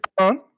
on